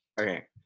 Okay